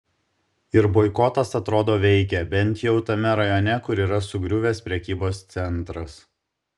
ir boikotas atrodo veikia bent jau tame rajone kur yra sugriuvęs prekybos centras